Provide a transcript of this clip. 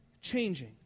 changing